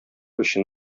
өчен